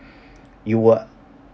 you will